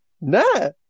No